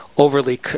overly